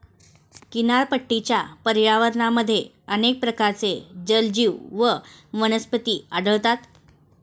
किनारपट्टीच्या पर्यावरणामध्ये अनेक प्रकारचे जलजीव व वनस्पती आढळतात